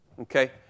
okay